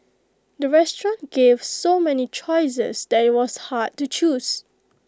the restaurant gave so many choices that IT was hard to choose